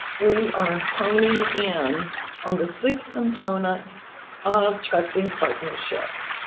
we are honing in on the six components of trusting partnerships.